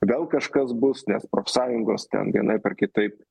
vėl kažkas bus nes profsąjungos ten vienaip ar kitaip